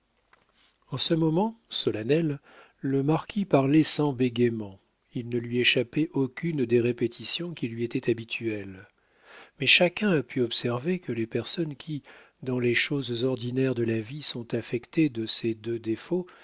en ce moment solennel le marquis parlait sans bégaiement il ne lui échappait aucune des répétitions qui lui étaient habituelles mais chacun a pu observer que les personnes qui dans les choses ordinaires de la vie sont affectées de ces deux défauts